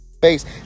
face